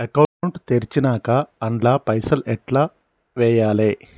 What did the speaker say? Account తెరిచినాక అండ్ల పైసల్ ఎట్ల వేయాలే?